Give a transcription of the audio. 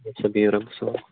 اَچھا بِہِو رۄبس حوال